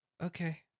okay